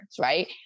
right